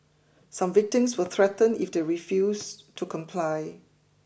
some victims were threatened if they refused to comply